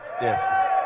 Yes